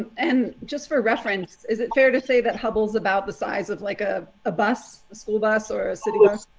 and just for reference, is it fair to say that hubble's about the size of like a ah bus, a school bus or a city bus?